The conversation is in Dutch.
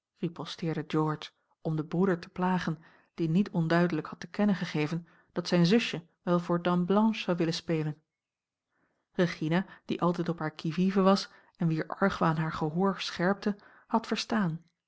riposteerde george om den broeder te plagen die niet onduidelijk had te kennen gegeven dat zijn zusje wel voor dame blanche zou willen spelen regina die altijd op haar qui vive was en wier argwaan haar gehoor scherpte had verstaan